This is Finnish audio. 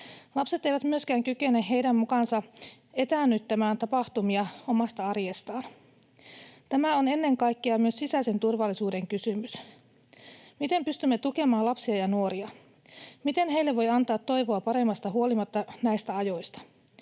Lapset eivät myöskään kykene heidän mukaansa etäännyttämään tapahtumia omasta arjestaan. Tämä on ennen kaikkea myös sisäisen turvallisuuden kysymys. Miten pystymme tukemaan lapsia ja nuoria? Miten heille voi antaa toivoa paremmasta huolimatta näistä ajoista?